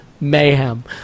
mayhem